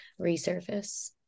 resurface